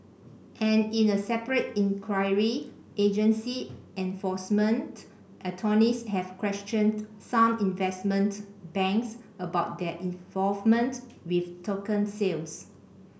and in a separate inquiry agency enforcement attorneys have questioned some investment banks about their involvement with token sales